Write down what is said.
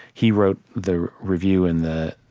he wrote the review in the